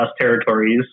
territories